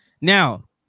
Now